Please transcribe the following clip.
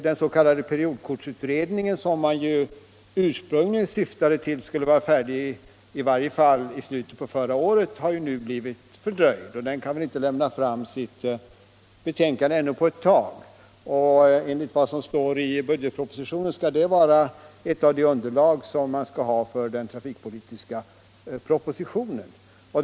Den s.k. periodkortsutredningen, som man ursprungligen räknade med skulle vara färdig i varje fall i slutet på förra året, har blivit fördröjd och kan inte presentera sitt betänkande på ännu en tid. Enligt vad som står i budgetpropositionen skall bl.a. det betänkandet utgöra underlag för den trafikpolitiska propositionen.